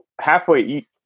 halfway